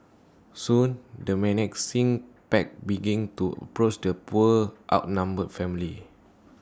soon the menacing pack began to approach the poor outnumbered family